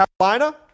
Carolina